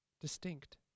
distinct